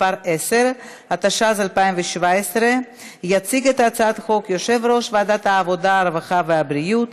התשע"ז 2017, התקבלה בקריאה שנייה ובקריאה